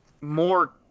more